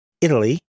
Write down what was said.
Italy